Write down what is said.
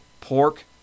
pork